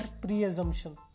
pre-assumption